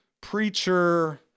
preacher